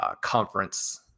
conference